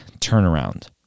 turnaround